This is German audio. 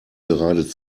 gerade